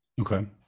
Okay